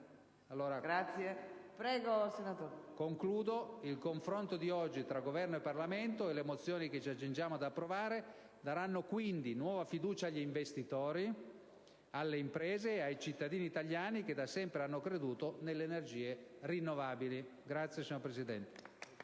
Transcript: pacchetto clima-energia. Il confronto di oggi tra Governo e Parlamento e le mozioni che ci accingiamo ad approvare daranno quindi nuova fiducia agli investitori, alle imprese e ai cittadini italiani che da sempre hanno creduto nelle energie rinnovabili. *(Applausi dal